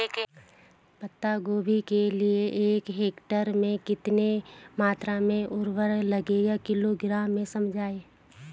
पत्ता गोभी के लिए एक हेक्टेयर में कितनी मात्रा में उर्वरक लगेगा किलोग्राम में समझाइए?